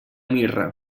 mirra